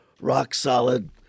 rock-solid